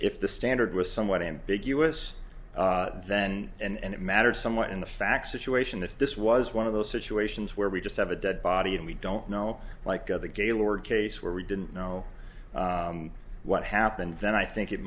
if the standard was somewhat ambiguous then and it matters somewhat in the facts situation if this was one of those situations where we just have a dead body and we don't know like other gaylord case where we didn't know what happened then i think it